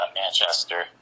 Manchester